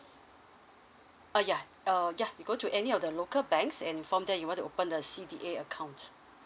uh ya err ya you go to any of the local banks and inform them you want to open the C_D_A account